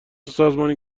سازمانی